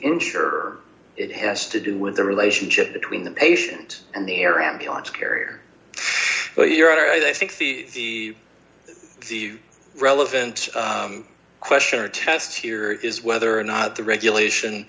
insurer it has to do with the relationship between the patient and the air ambulance carrier but you're right i think the relevant question or test here is whether or not the regulation